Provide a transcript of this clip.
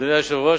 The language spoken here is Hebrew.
אדוני היושב-ראש,